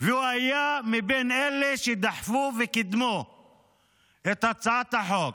והוא היה מבין אלה שדחפו וקידמו את הצעת החוק,